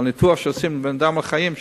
על ניתוח שעושים לבן-אדם על חיים,